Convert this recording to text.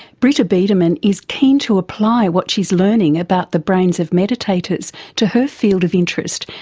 britta biedermann is keen to apply what she's learning about the brains of meditators to her field of interest,